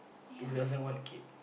who doesn't want a kid